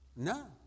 No